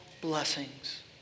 blessings